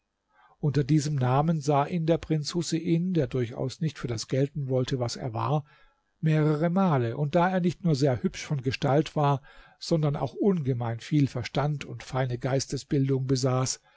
unter diesem namen sah ihn der prinz husein der durchaus nicht für das gelten wollte was er war mehrere male und da er nicht nur sehr hübsch von gestalt war sondern auch ungemein viel verstand und feine geistesbildung besaß